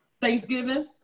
Thanksgiving